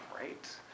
right